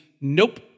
nope